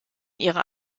ihrer